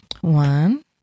One